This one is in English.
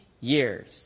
years